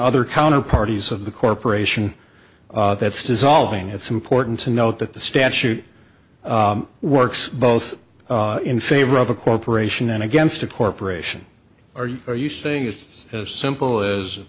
other counter parties of the corporation that's dissolving it's important to note that the statute works both in favor of a corporation and against a corporation or are you saying it's as simple